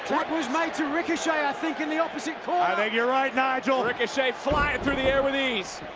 what was made to ricochet, i and i think, in the opposite corner. i think you're right, nigel. ricochet flying through the air with ease.